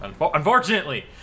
unfortunately